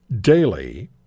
daily